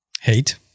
Hate